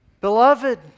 Beloved